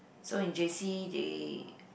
so in J_C they